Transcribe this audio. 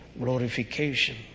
glorification